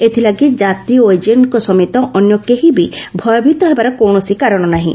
ଏଥିଲାଗି ଯାତ୍ରୀ ଓ ଏଜେଣ୍ଟଙ୍କ ସମେତ ଅନ୍ୟ କେହି ବି ଭୟଭୀତ ହେବାର କୌଣସି କାରଣ ନାହିଁ